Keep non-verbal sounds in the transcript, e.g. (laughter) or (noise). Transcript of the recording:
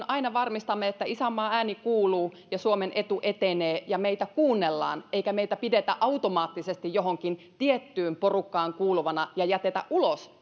(unintelligible) aina varmistamme että isänmaan ääni kuuluu ja suomen etu etenee ja meitä kuunnellaan eikä meitä pidetä automaattisesti johonkin tiettyyn porukkaan kuuluvana ja jätetä ulos (unintelligible)